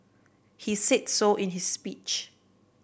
he said so in his speech